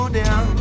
down